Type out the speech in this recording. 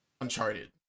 Uncharted